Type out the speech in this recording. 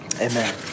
Amen